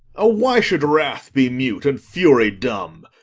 ah, why should wrath be mute and fury dumb?